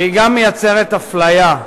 והיא גם מייצרת אפליה.